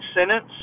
sentence